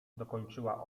dokończyła